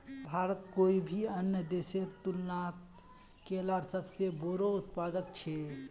भारत कोई भी अन्य देशेर तुलनात केलार सबसे बोड़ो उत्पादक छे